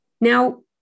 Now